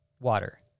water